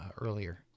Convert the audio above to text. earlier